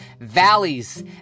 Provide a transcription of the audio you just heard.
Valleys